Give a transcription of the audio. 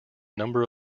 number